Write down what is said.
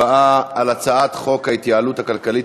להצבעה על הצעת חוק ההתייעלות הכלכלית